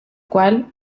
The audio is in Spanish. cual